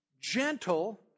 gentle